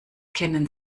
kennen